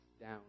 down